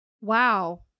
Wow